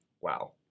wow